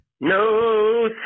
No